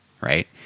right